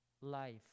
life